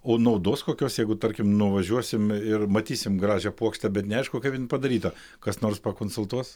o naudos kokios jeigu tarkim nuvažiuosim ir matysim gražią puokštę bet neaišku kaip ji padaryta kas nors pakonsultuos